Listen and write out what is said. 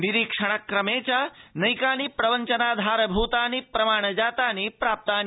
निरीक्षण क्रमे च नैकानि प्रवञ्चनाधार भूतानि प्रमाण जातानि प्राप्तानि